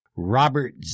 Robert